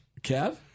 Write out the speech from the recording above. Kev